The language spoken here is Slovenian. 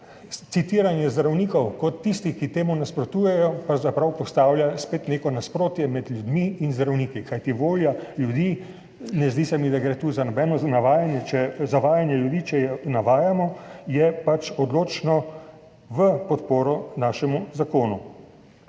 Citiranje zdravnikov kot tistih, ki temu nasprotujejo, pravzaprav postavlja spet neko nasprotje med ljudmi in zdravniki, kajti volja ljudi, ne zdi se mi, da gre tu za nobeno zavajanje ljudi, če jo navajamo, je pač odločno v podporo našemu zakonu.